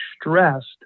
stressed